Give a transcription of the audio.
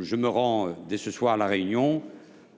Je me rends dès ce soir à La Réunion,